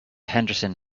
henderson